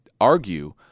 argue